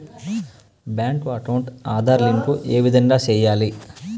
Bank account Aadhaar link ఏ విధంగా సెయ్యాలి?